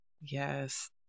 Yes